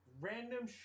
random